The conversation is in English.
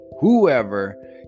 whoever